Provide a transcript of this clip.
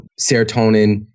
serotonin